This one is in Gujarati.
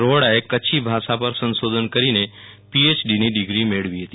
રોહડા એ કચ્છી ભાષા પર સંશોધન કરીને પીએયડીની ડીગ્રી મેળવી હતી